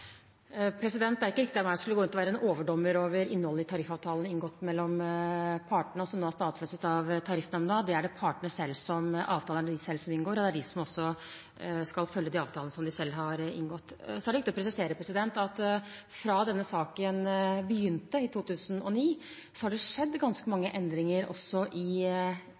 Det ville ikke være riktig av meg å gå inn og være overdommer for innholdet i tariffavtaler inngått mellom partene, og som nå er stadfestet av Tariffnemnda. Avtalene inngår de selv, og det er også de som skal følge de avtalene som de selv har inngått. Så er det viktig å presisere at det fra denne saken begynte i 2009, har skjedd ganske mange endringer også i